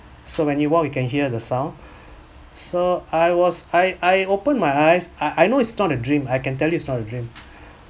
so when you walk you can hear the sound so I was I I open my eyes I know it's not a dream I can tell you its not a dream